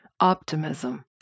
optimism